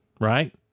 right